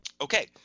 okay